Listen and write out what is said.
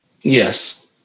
Yes